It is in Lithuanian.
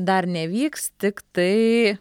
dar nevyks tiktai